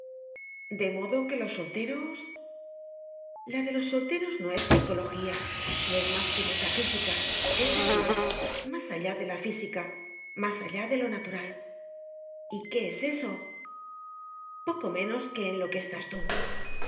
de modo que los solteros la de los solteros no es psicología no es más que metafísica es decir más allá de la física más allá de lo natural y qué es eso poco menos que en lo que estás tú